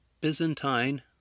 byzantine